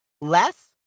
less